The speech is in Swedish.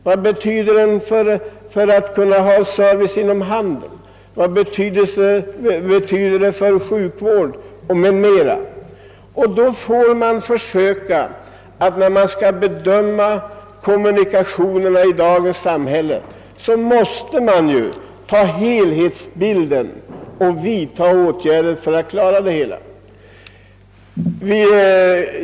Vilken betydelse har de för servicen inom handeln, vilken betydelse för sjukvården m.m.? När vi skall bedöma frågan om kommunikationerna i dagens samhälle, måste vi ju bedöma helhetsbilden och vidta åtgärder för att lösa hela problemet.